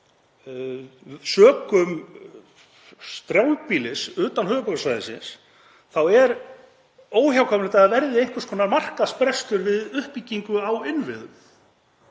sökum strjálbýlis utan höfuðborgarsvæðisins er óhjákvæmilegt að það verði einhvers konar markaðsbrestur við uppbyggingu á innviðum.